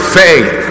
faith